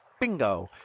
bingo